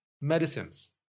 medicines